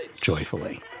joyfully